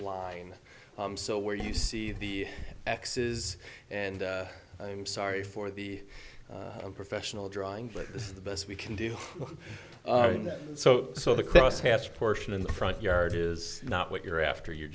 line so where you see the x's and i'm sorry for the professional drawing but this is the best we can do so so the crosshatch portion in the front yard is not what you're after you're